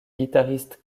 guitariste